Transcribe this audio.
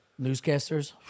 Newscasters